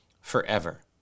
forever